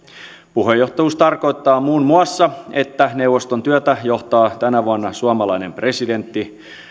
puheenjohtajuus tarkoittaa muun muassa että neuvoston työtä johtavat tänä vuonna suomalainen presidentti